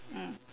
mm